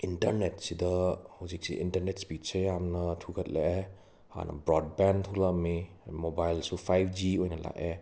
ꯏꯟꯇꯔꯅꯦꯠꯁꯤꯗ ꯍꯧꯖꯤꯛꯁꯦ ꯏꯟꯇꯔꯅꯦꯠ ꯁ꯭ꯄꯤꯗꯁꯦ ꯌꯥꯝꯅ ꯊꯨꯒꯠꯂꯛꯑꯦ ꯍꯥꯟꯅ ꯕ꯭ꯔꯣꯗꯕꯦꯟ ꯊꯣꯛꯂꯛꯑꯝꯃꯤ ꯃꯣꯕꯥꯏꯜꯁꯨ ꯐꯥꯏꯞ ꯖꯤ ꯑꯣꯏꯅ ꯂꯥꯛꯑꯦ